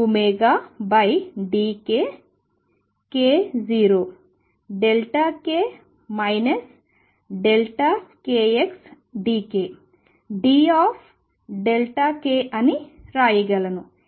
∞Akeidωdkk0k kxdk d అని వ్రాయగలను